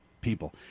people